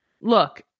look